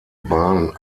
bahn